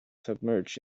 submerged